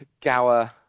Gower